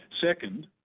second